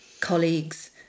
colleagues